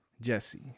jesse